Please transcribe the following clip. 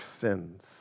sins